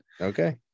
Okay